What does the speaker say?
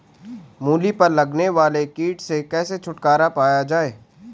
मूली पर लगने वाले कीट से कैसे छुटकारा पाया जाये?